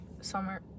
summer